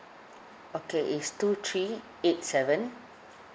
okay it's two three eight seven